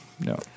No